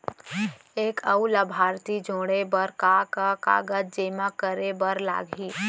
एक अऊ लाभार्थी जोड़े बर का का कागज जेमा करे बर लागही?